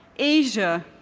asia,